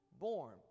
born